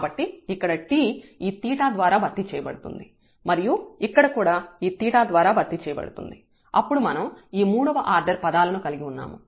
కాబట్టి ఇక్కడ t ఈ 𝜃 ద్వారా భర్తీ చేయబడుతుంది మరియు ఇక్కడ కూడా ఈ 𝜃 ద్వారా భర్తీ చేయబడుతుంది అప్పుడు మనం ఈ మూడవ ఆర్డర్ పదాలను కలిగి ఉన్నాము